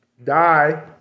Die